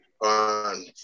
on